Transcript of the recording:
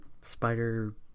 Spider